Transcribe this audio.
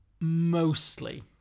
Mostly